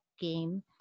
game